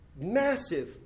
massive